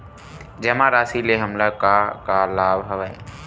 जमा राशि ले हमला का का लाभ हवय?